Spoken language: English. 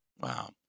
Wow